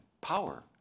power